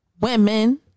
women